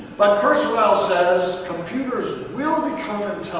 but kurzweil says computers will become